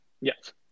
Yes